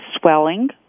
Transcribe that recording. swelling